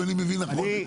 אם אני מבין נכון.